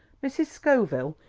mrs. scoville,